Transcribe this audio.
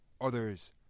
Others